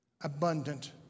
abundant